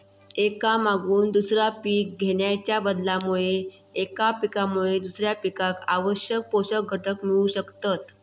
एका मागून दुसरा पीक घेणाच्या बदलामुळे एका पिकामुळे दुसऱ्या पिकाक आवश्यक पोषक घटक मिळू शकतत